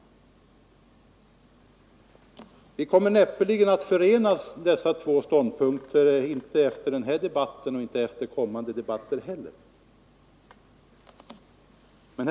Dessa båda ståndpunkter kommer näppeligen att kunna förenas, varken efter den här debatten eller efter kommande debatter. Herr talman!